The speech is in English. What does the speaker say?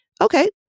Okay